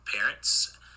parents